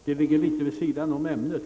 Detta ligger litet vid sidan om ämnet.